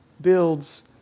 builds